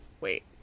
wait